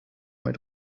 mit